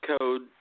code